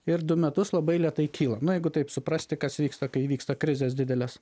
ir du metus labai lėtai kyla nu jeigu taip suprasti kas vyksta kai įvyksta krizės didelės